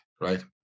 right